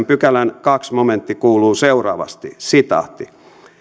pykälän toinen momentti kuuluu seuraavasti